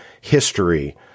history